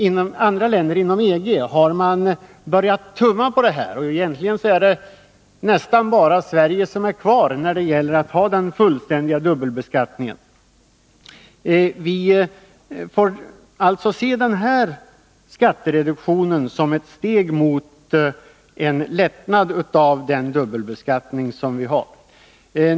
I länder inom EG har man börjat tumma på det här, och egentligen är det nästan bara Sverige som har den fullständiga dubbelbeskattningen kvar. Vi får alltså se den här skattereduktionen som ett steg mot en lättnad i dubbelbeskattningen.